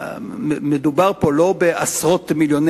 ומדובר פה לא בעשרות מיליוני